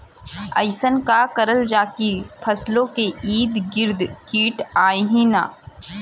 अइसन का करल जाकि फसलों के ईद गिर्द कीट आएं ही न?